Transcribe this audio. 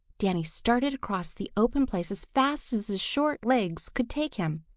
danny started across the open place as fast as his short legs could take him.